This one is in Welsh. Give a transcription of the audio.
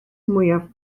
mwyaf